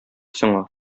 сиңа